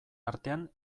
artean